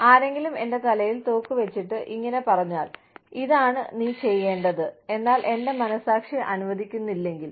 ആരെങ്കിലും എന്റെ തലയിൽ തോക്ക് വെച്ചിട്ട് ഇങ്ങനെ പറഞ്ഞാൽ ഇതാണ് നീ ചെയ്യേണ്ടത് എന്നാൽ എന്റെ മനസ്സാക്ഷി അനുവദിക്കുന്നില്ലെങ്കിൽ